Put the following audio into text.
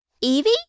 Evie